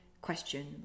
question